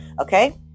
okay